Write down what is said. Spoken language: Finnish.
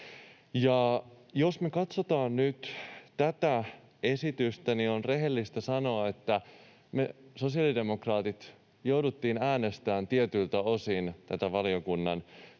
jos me katsotaan nyt tätä esitystä, niin on rehellistä sanoa, että me sosiaalidemokraatit jouduttiin äänestämään tietyiltä osin tätä valiokunnan päätöstä